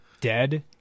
dead